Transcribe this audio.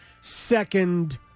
second